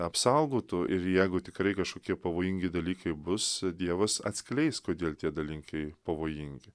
apsaugotų ir jeigu tikrai kažkokie pavojingi dalykai bus dievas atskleis kodėl tie dalinkai pavojingi